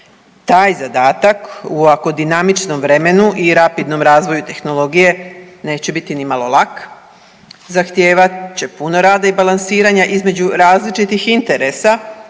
Taj zadatak u ovako dinamičnom vremenu i rapidnom razvoju tehnologije neće biti nimalo lak. Zahtijevat će puno rada i balansiranja između različitih interesa,